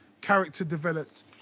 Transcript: character-developed